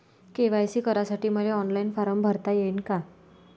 KYC करासाठी मले online form भरता येईन का?